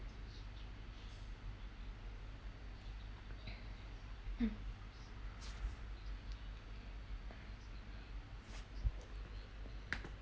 mm